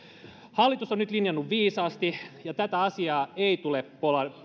hallitus on nyt linjannut viisaasti ja tätä asiaa ei tule